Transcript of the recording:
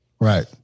Right